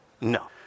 No